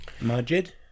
Majid